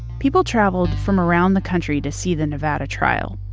people traveled from around the country to see the nevada trial,